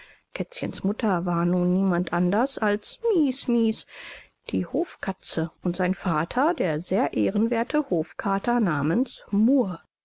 kätzchens mutter war nun niemand anders als mies mies die hofkatze und sein vater der sehr ehrenwerthe hofkater namens murr